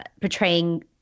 portraying